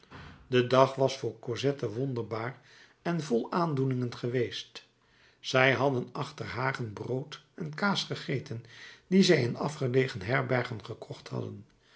de dag was voor cosette wonderbaar en vol aandoeningen geweest zij hadden achter hagen brood en kaas gegeten die zij in afgelegen herbergen gekocht hadden